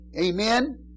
Amen